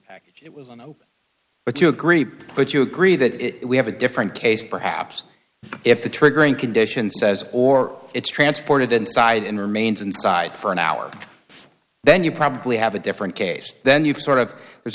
package it was on the open but you agree but you agree that it we have a different case perhaps if the triggering condition says or it's transported inside and remains inside for an hour then you probably have a different case then you've sort of there's